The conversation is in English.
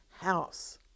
house